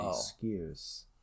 excuse